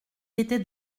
était